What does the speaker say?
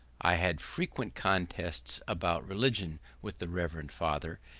i had frequent contests about religion with the reverend father,